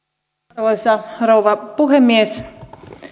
arvoisa rouva puhemies